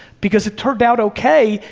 because it turned out okay,